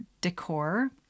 decor